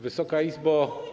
Wysoka Izbo!